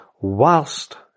whilst